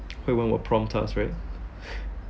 hui wen will prompt us right